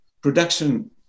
production